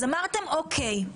אז אמרתם אוקיי,